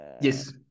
Yes